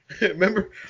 Remember